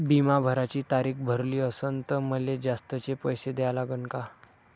बिमा भराची तारीख भरली असनं त मले जास्तचे पैसे द्या लागन का?